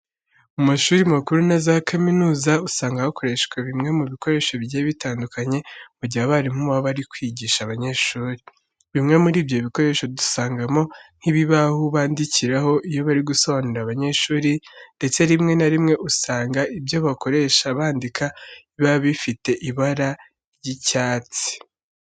Mu mashuri makuru na za kaminuza usanga hakoreshwa bimwe mu bikoresho bigiye bitandukanye mu gihe abarimu baba bari kwigisha abanyeshuri. Bimwe muri ibyo bikoresho dusangamo nk'ibibaho bandikiraho iyo bari gusobanurira abanyeshuri ndetse rimwe na rimwe, usanga ibyo bakoresha bandika biba bifite ibara ry'icyatsi.